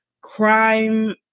crime